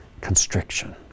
Constriction